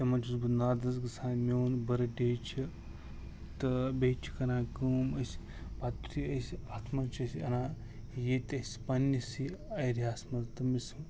تِمن چھُس بہِ نادس گژھان میون برٕڈے چھُ تہٕ بییٚہِ چھِ کران کٲم أسۍ پتہِ یُتھے أسۍ اتھ منٛز چھِ أسۍ انان یتہِ أسۍ پنٕنٕسے ایریاہس منٛز تٔمِس